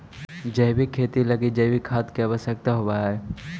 जैविक खेती लगी जैविक खाद के आवश्यकता होवऽ हइ